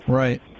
right